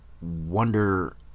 wonder